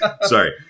Sorry